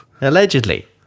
Allegedly